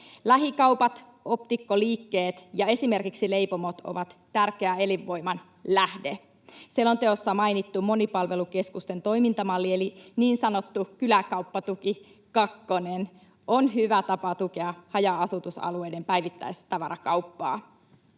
Lähikaupat, optikkoliikkeet ja esimerkiksi leipomot ovat tärkeä elinvoiman lähde. Selonteossa mainittu monipalvelukeskusten toimintamalli eli niin sanottu kyläkauppatuki kakkonen on hyvä tapa tukea haja-asutusalueiden päivittäistavarakauppaa.